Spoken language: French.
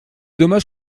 dommage